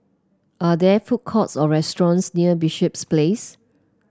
are there food courts or restaurants near Bishops Place